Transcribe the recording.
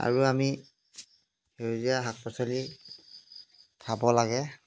আৰু আমি সেউজীয়া শাক পাচলি খাব লাগে